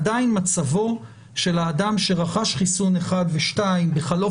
עדיין מצבו של האדם שרכש חיסון אחד ושתיים בחלוף